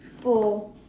four